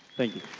thank you.